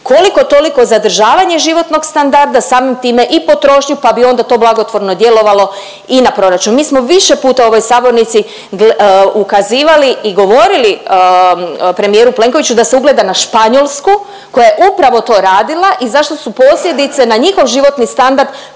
koliko-toliko zadržavanje životnog standarda, samim time i potrošnju pa bi onda to blagotvorno djelovalo i na proračun. Mi smo više puta u ovoj sabornici ukazivali i govorili premijeru Plenkoviću da se ugleda na Španjolsku koja je upravo to radila i zašto su posljedice na njihov životni standard